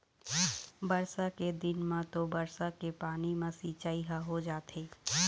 बरसा के दिन म तो बरसा के पानी म सिंचई ह हो जाथे